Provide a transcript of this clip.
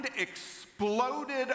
exploded